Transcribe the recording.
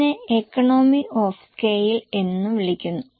ഇതിനെ economy of scale എന്നും വിളിക്കുന്നു